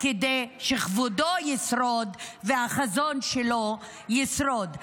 כדי שכבודו ישרוד והחזון שלו ישרוד.